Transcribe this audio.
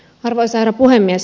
arvoisa herra puhemies